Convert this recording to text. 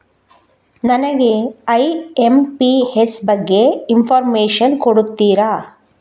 ನನಗೆ ಐ.ಎಂ.ಪಿ.ಎಸ್ ಬಗ್ಗೆ ಇನ್ಫೋರ್ಮೇಷನ್ ಕೊಡುತ್ತೀರಾ?